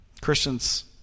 Christians